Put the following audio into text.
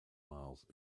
miles